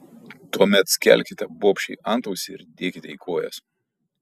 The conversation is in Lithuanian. tuomet skelkite bobšei antausį ir dėkite į kojas